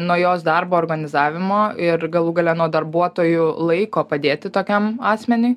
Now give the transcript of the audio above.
nuo jos darbo organizavimo ir galų gale nuo darbuotojų laiko padėti tokiam asmeniui